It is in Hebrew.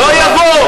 לא יבואו.